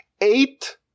eight